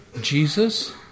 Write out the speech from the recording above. Jesus